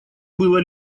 было